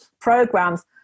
programs